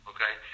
Okay